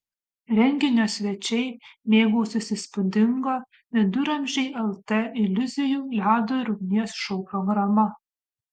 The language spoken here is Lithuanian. renginio svečiai mėgausis įspūdinga viduramžiai lt iliuzijų ledo ir ugnies šou programa